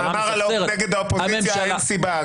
מאמר נגד האופוזיציה אין סיבה,